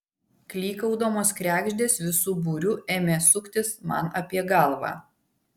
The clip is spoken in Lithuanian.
klykaudamos kregždės visu būriu ėmė suktis man apie galvą